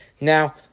now